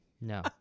No